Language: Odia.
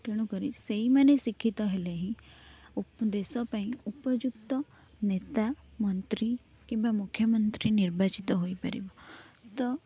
ତେଣୁକରି ସେଇମାନେ ଶିକ୍ଷିତ ହେଲେ ହିଁ ଦେଶ ପାଇଁ ଉପଯୁକ୍ତ ନେତା ମନ୍ତ୍ରୀ କିମ୍ବା ମୁଖ୍ୟମନ୍ତ୍ରୀ ନିର୍ବାଚିତ ହୋଇପାରିବ ତ